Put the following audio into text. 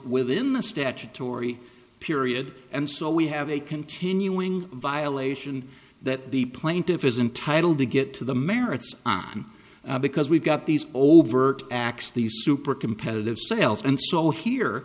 within the statutory period and so we have a continuing violation that the plaintiff is entitle to get to the merits on because we've got these overt acts these super competitive sales